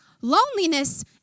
Loneliness